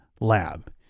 lab